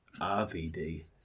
RVD